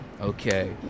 Okay